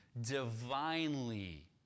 divinely